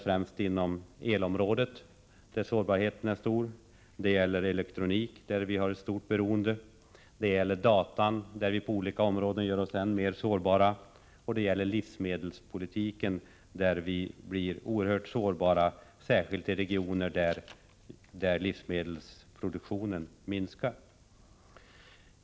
På elområdet är sårbarheten stor, och när det gäller elektronik har vi ett stort beroende. På dataområdet gör vi oss på olika sätt än mer sårbara. På livsmedelsområdet blir vi oerhört sårbara, särskilt i regioner där livsmedelsproduktionen minskar.